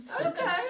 Okay